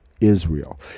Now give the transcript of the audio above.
Israel